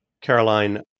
Caroline